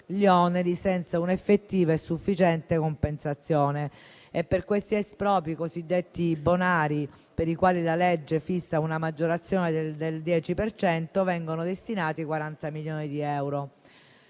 senza un'effettiva e sufficiente compensazione, e per gli espropri, cosiddetti bonari, per i quali la legge fissa una maggiorazione del 10 per cento, vengono destinati 40 milioni di euro.